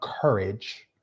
courage